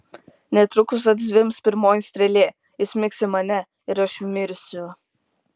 netrukus atzvimbs pirmoji strėlė įsmigs į mane ir aš mirsiu